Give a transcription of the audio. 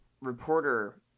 reporter